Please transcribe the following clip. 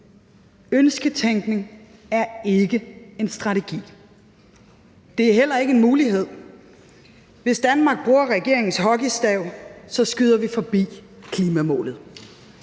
Ønsketænkning er ikke en strategi, og det er heller ikke en mulighed. Hvis Danmark bruger regeringens hockeystav, skyder vi forbi klimamålet.